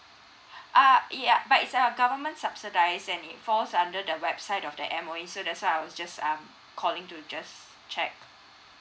err ya but it's a government subsidise and it falls under the website of the M_O_E so that's why I was just um calling to just check